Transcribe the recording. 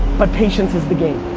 but patience is the game.